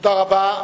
תודה רבה.